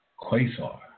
Quasar